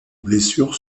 blessures